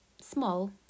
small